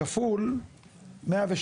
כפול 112,